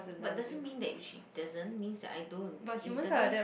but doesn't mean that she doesn't means that I don't it doesn't